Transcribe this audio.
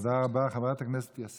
חברת הכנסת יסמין פרידמן,